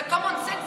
זה common sense,